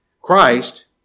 Christ